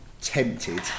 tempted